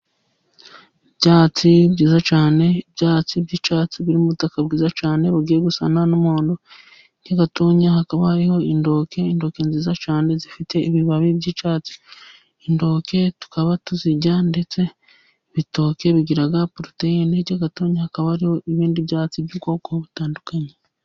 Ibyatsi byiza cyane ibyatsi by'icyatsi birimo ubutaka bwiza cyane, bugiye gusana n'umuhondo. Hirya gatoya hakaba hariho intoki nziza cyane zifite ibibabi by'icatsi. Intoke tukaba tuzirya ndetse bitoke bigira poroteyine, hirya yaho gato hakaba hariho ibindi byatsi by'ubwoko butandukanye.